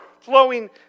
flowing